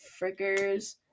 frickers